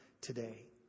today